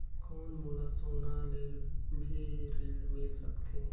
कौन मोला सोना ले भी ऋण मिल सकथे?